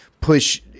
push